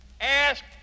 ask